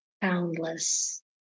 boundless